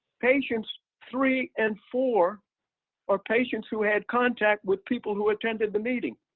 patients three and four are patients who had contact with people who attended the meeting,